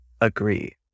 Agree